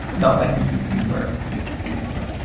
not like b c two where they were